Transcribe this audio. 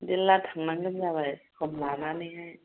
बिदिब्ला थांनांगौ जाबाय सम लानानैहाय